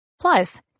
plus